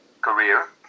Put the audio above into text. career